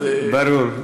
ברור.